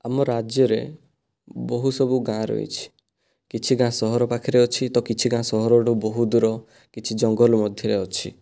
ଆମ ରାଜ୍ୟରେ ବହୁ ସବୁ ଗାଁ ରହିଅଛି କିଛି ଟା ସହର ପାଖରେ ଅଛି ତ କିଛିଟା ସହରରୁ ବହୁ ଦୂର କିଛି ଜଙ୍ଗଲ ମଧ୍ୟରେ ଅଛି